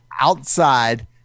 outside